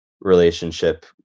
relationship